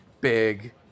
big